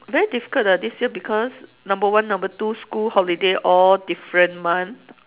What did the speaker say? very difficult leh this year because number one number two school holiday all different month